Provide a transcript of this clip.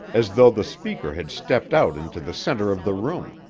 as though the speaker had stepped out into the center of the room.